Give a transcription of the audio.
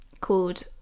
called